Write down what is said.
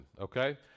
okay